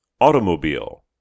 Automobile